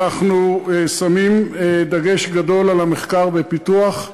אנחנו שמים דגש גדול על המחקר והפיתוח,